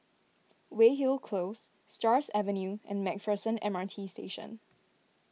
Weyhill Close Stars Avenue and MacPherson M R T Station